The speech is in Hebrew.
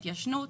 התיישנות,